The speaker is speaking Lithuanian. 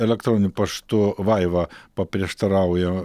elektroniniu paštu vaiva paprieštarauja